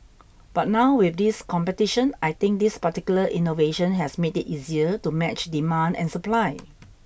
but now with this competition I think this particular innovation has made it easier to match demand and supply